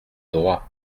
droit